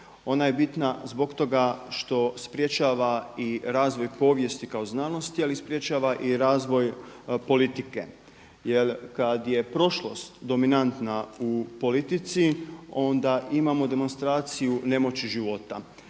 Ona je bitna zbog toga što sprječava i razvoj povijesti kao znanosti, ali sprječava i razvoj politike. Jer kada je prošlost dominantna u politici onda imamo demonstraciju nemoći života.